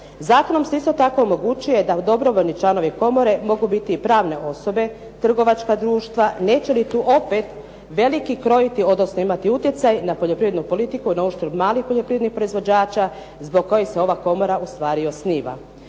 Zakonom se isto tako omogućuje da dobrovoljni članovi komore mogu biti i pravne osobe, trgovačka društva. Neće li tu opet veliki krojiti, odnosno imati utjecaj na poljoprivrednu politiku na uštrb malih poljoprivrednih proizvođača zbog kojih se ova komora ustvari osniva.